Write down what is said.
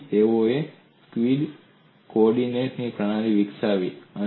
તેથી તેઓએ skewed coordinate પ્રણાલી વિકસાવી